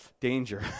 Danger